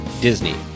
Disney